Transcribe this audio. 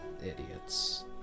idiots